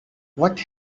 what